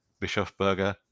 Bischofberger